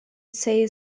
say